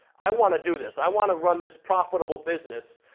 i wanna do this. i wanna run this profitable business,